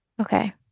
Okay